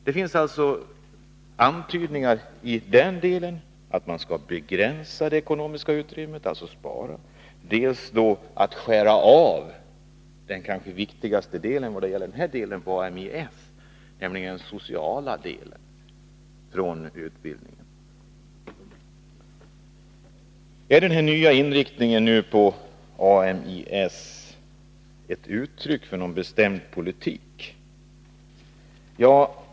Det finns alltså där antydningar om att man dels skall begränsa det ekonomiska utrymmet, alltså spara, dels skära av den kanske viktigaste delen när det gäller Ami-S, nämligen den sociala delen, från utbildningen. Är den här nya inriktningen av Ami-S ett uttryck för någon bestämd politik?